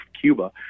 Cuba